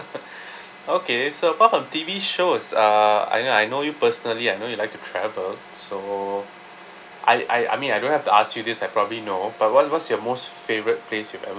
okay so apart from T_V shows uh I know I know you personally I know you like to travel so I I I mean I don't have to ask you this I probably know but what what's your most favourite place you've ever